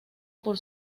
por